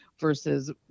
versus